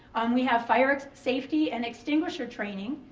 we have fire safety and extinguisher training,